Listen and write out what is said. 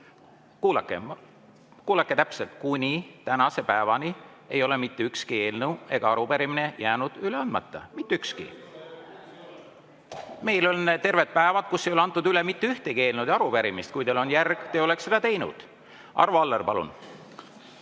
Kuulake täpselt: kuni tänase päevani ei ole mitte ükski eelnõu ega arupärimine jäänud üle andmata. Mitte ükski! Meil on terved päevad, kui ei ole antud üle mitte ühtegi eelnõu ja arupärimist. Kui teil on järg, te oleks seda teinud. Arvo Aller, palun!